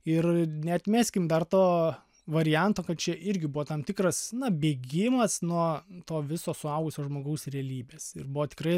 ir neatmeskim dar to varianto kad čia irgi buvo tam tikras na bėgimas nuo to visos suaugusio žmogaus realybės ir buvo tikrai